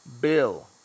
bill